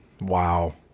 Wow